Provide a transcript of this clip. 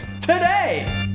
Today